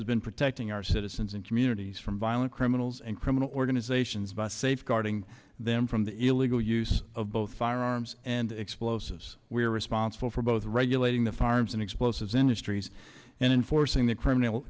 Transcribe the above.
has been protecting our citizens and communities from violent criminals and criminal organizations by safeguarding them from the illegal use of both firearms and explosives we are responsible for both regulating the firearms and explosives industries and enforcing the criminal